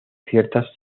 ciertas